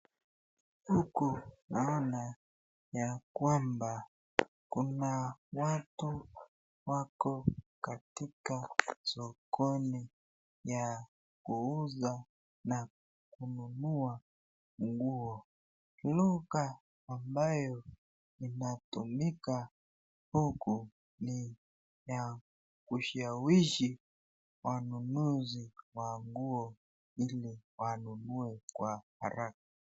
Huku naona yakwamba Kuna watu wako katika sokoni ya kuuza na kununua nguo lugha ambayo inatumika huku ni ya kushawishi wanunuzi wa nguo ndio wanunue kwa haraka.